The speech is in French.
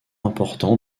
important